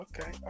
okay